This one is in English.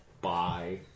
Bye